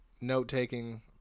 note-taking